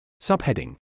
Subheading